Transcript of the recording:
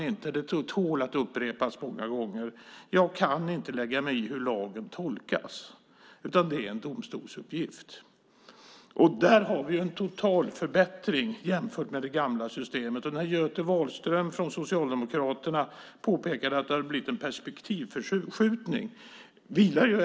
Det tål att upprepas många gånger: Jag kan inte lägga mig i hur lagen tolkas, utan det är en domstolsuppgift. Där har vi totalt sett en förbättring jämfört med det gamla systemet. Göte Wahlström påpekade att det hade blivit en perspektivförskjutning.